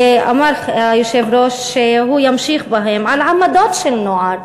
ואמר היושב-ראש שהוא ימשיך בהם, על עמדות של נוער,